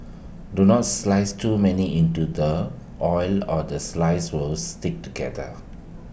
do not slice too many into the oil or the slices will stick together